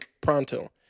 pronto